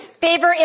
Favor